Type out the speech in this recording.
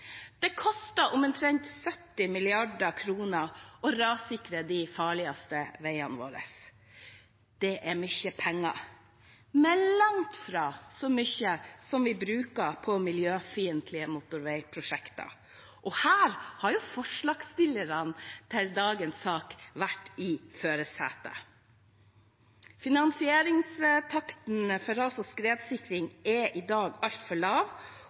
Det koster omtrent 70 mrd. kr å rassikre de farligste veiene våre. Det er mye penger, men langt fra så mye som vi bruker på miljøfiendtlige motorveiprosjekter, og her har jo forslagsstillerne til dagens sak vært i førersetet. Finansieringstakten i ras- og skredsikring er i dag altfor lav,